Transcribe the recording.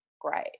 Great